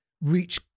reach